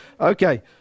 Okay